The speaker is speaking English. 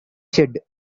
said